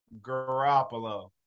Garoppolo